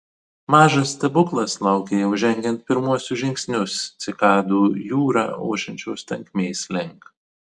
mažas stebuklas laukė jau žengiant pirmuosius žingsnius cikadų jūra ošiančios tankmės link